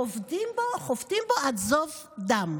חובטים בו עד זוב דם.